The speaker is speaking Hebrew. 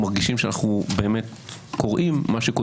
40% רוצים פשרה במתווה הנשיא.